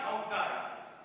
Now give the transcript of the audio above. העובדה היא,